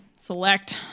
select